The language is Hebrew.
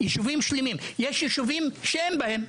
שאין בהם,